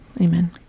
Amen